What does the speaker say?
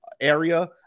area